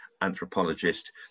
anthropologist